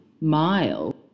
mile